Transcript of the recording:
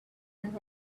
and